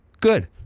Good